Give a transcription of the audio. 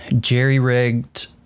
jerry-rigged